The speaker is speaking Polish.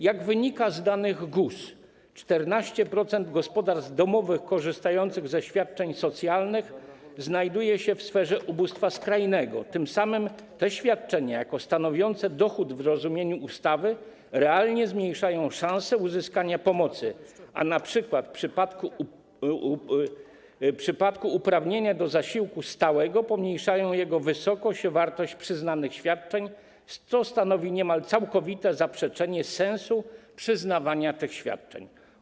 Jak wynika z danych GUS, 14% gospodarstw domowych korzystających ze świadczeń socjalnych znajduje się w sferze skrajnego ubóstwa, tym samym te świadczenia, jako stanowiące dochód w rozumieniu ustawy, realnie zmniejszają szansę uzyskania pomocy, a np. w przypadku uprawnienia do zasiłku stałego pomniejszają jego wysokość o wartość przyznanych świadczeń, co stanowi niemal całkowite zaprzeczenie sensu przyznawania tych świadczeń.